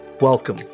Welcome